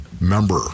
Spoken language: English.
member